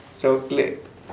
chocolate